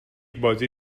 بازی